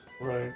Right